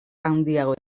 handiagoa